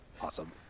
Awesome